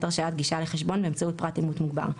הרשאת גישה לחשבון באמצעות פרט אימות מוגבר.